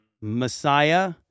Messiah